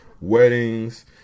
weddings